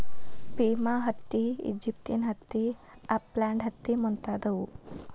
Pima ಹತ್ತಿ, Egyptian ಹತ್ತಿ, upland ಹತ್ತಿ ಮುಂತಾದವು